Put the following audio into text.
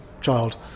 child